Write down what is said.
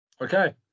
Okay